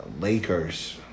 Lakers